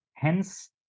Hence